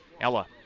Ella